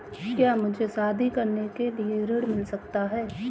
क्या मुझे शादी करने के लिए ऋण मिल सकता है?